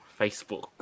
Facebook